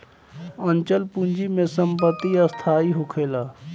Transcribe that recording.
अचल पूंजी में संपत्ति स्थाई होखेला